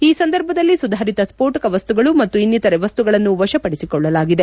ಈ ಸಂದರ್ಭದಲ್ಲಿ ಸುಧಾರಿತ ಸ್ಪೋಟಕ ವಸ್ತುಗಳು ಮತ್ತು ಇನ್ನಿತರೆ ವಸ್ತುಗಳನ್ನು ವಶಪಡಿಸಿಕೊಳ್ಳಲಾಗಿದೆ